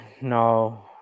no